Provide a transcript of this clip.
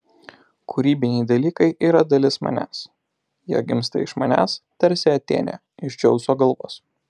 kūrybiniai dalykai yra dalis manęs jie gimsta iš manęs tarsi atėnė iš dzeuso galvos